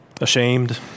Ashamed